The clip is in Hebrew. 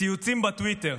ציוצים בטוויטר.